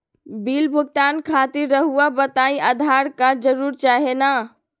Bill भुगतान खातिर रहुआ बताइं आधार कार्ड जरूर चाहे ना?